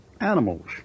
Animals